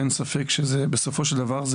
אין ספק שבסופו של דבר,